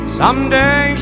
someday